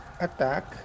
attack